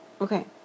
Okay